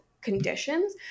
conditions